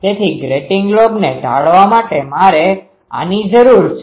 તેથી ગ્રેટીંગ લોબને ટાળવા માટે મારે આની જરૂર છે